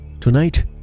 Tonight